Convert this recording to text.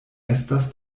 estas